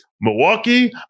Milwaukee